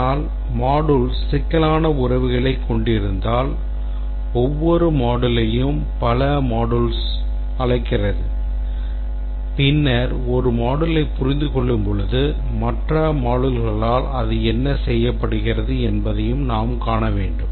ஆனால் modules சிக்கலான உறவுகளைக் கொண்டிருந்தால் ஒவ்வொரு moduleம் பல moduleகளை அழைக்கிறது பின்னர் ஒரு moduleயைப் புரிந்துகொள்ளும்போது மற்ற moduleகளால் அது என்ன செய்யப்படுகிறது என்பதையும் நாம் காண வேண்டும்